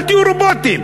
אל תהיו רובוטים.